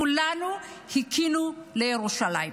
כולנו חיכינו לירושלים.